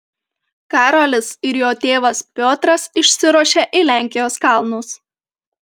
karolis ir jo tėvas piotras išsiruošia į lenkijos kalnus